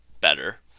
better